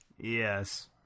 yes